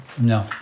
No